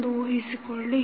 ಎಂದು ಊಹಿಸಿಕೊಳ್ಳಿ